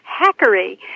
hackery